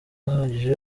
uhagije